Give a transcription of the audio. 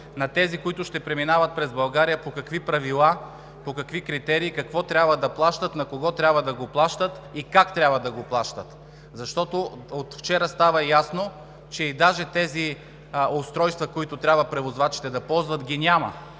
на тези, които ще преминават през България, по какви правила, по какви критерии какво трябва да плащат, на кого трябва да го плащат и как трябва да го плащат. Защото от вчера става ясно, че даже и тези устройства, които трябва превозвачите да ползват, ги няма